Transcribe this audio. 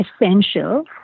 essential